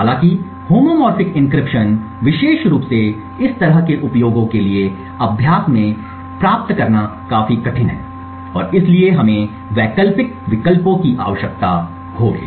हालाँकि homomorphic encryption विशेष रूप से इस तरह के उपयोगों के लिए अभ्यास में प्राप्त करना काफी कठिन है और इसलिए हमें वैकल्पिक विकल्पों की आवश्यकता होगी